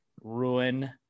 ruin